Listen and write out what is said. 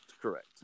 correct